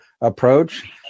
approach